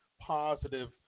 positive